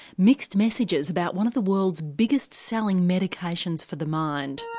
mixed messages about one of the world's biggest selling medications for the mind.